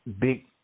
big